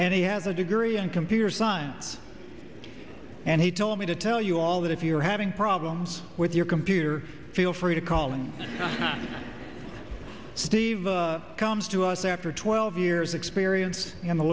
and he has a degree in computer science and he told me to tell you all that if you're having problems with your computer feel free to call and steve comes to us after twelve years experience in the